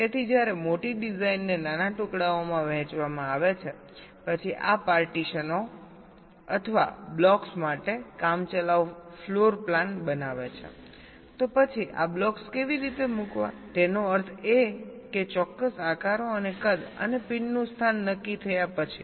તેથી જ્યારે મોટી ડિઝાઇનને નાના ટુકડાઓમાં વહેંચવામાં આવે છે પછી આ પાર્ટીશનો અથવા બ્લોક્સ માટે કામચલાઉ ફ્લોરપ્લાન બનાવે છે તો પછી આ બ્લોક્સ કેવી રીતે મૂકવાતેનો અર્થ એ કે ચોક્કસ આકારો અને કદ અને પિનનું સ્થાન નક્કી થયા પછી